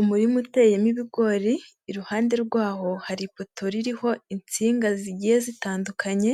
Umurima uteyemo ibigori, iruhande rwaho hari iptoro ririho insinga zigiye zitandukanye.